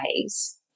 ways